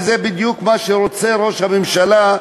וזה בדיוק מה שרוצה ראש הממשלה,